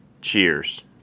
Cheers